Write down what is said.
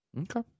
Okay